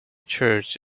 church